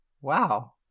Wow